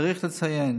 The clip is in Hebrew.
צריך לציין